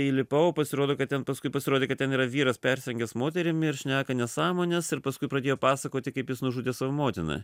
įlipau pasirodo kad ten paskui pasirodė kad ten yra vyras persirengęs moterimi ir šneka nesąmones ir paskui pradėjo pasakoti kaip jis nužudė savo motiną